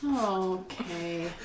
Okay